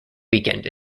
weekend